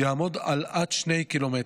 יעמוד על עד שני קילומטרים.